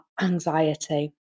anxiety